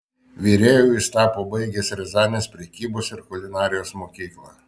virėju jis tapo baigęs riazanės prekybos ir kulinarijos mokyklą